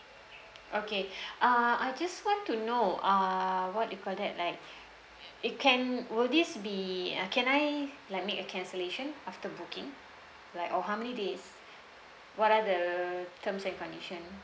okay uh I just want to know uh what you call that like it can will this be uh can I like make a cancellation after booking like or how many days what are the terms and condition